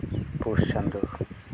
ᱯᱩᱥ ᱪᱟᱸᱫᱳ